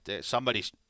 somebody's